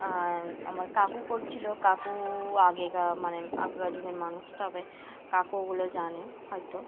আর আমার কাকু করছিলো কাকু আগেকার মানে আগেকার যুগের মানুষ ত হবে কাকু ওগুলো জানে হয়তো